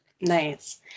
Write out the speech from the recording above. Nice